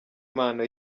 impano